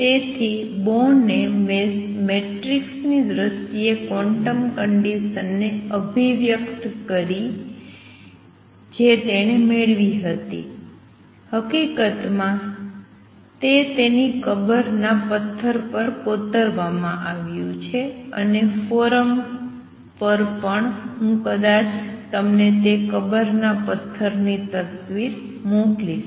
તેથી બોર્ન એ મેટ્રિકસની દ્રષ્ટિએ ક્વોન્ટમ કંડિસન ને અભિવ્યક્ત કરી જે તેણે મેળવી હતી હકીકતમાં તે તેની કબર ના પત્થર પર કોતરવામાં આવ્યું છે અને ફોરમ પર પણ કદાચ હું તમને તે કબર ના પત્થરની તસવીર મોકલીશ